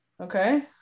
okay